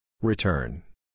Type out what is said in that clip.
Return